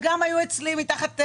הן גם היו אצלי בחצר